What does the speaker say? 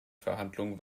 verhandlungen